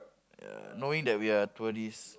ya knowing that we are tourist